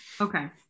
Okay